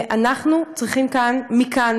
ואנחנו צריכים מכאן,